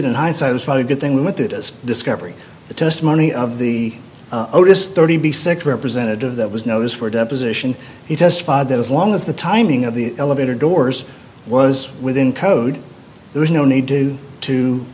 get and i satisfied a good thing with it as discovery the testimony of the otis thirty b six representative that was notice for deposition he testified that as long as the timing of the elevator doors was within code there was no need to to